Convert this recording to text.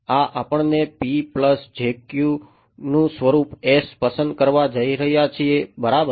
આ આપણને નું સ્વરૂપ પસંદ કરવા જઈ રહ્યા છીએ બરાબર